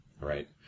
right